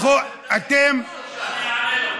אתם, אני אענה לך.